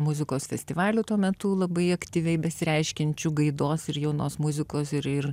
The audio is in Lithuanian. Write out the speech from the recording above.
muzikos festivalių tuo metu labai aktyviai besireiškiančių gaidos ir jaunos muzikos ir ir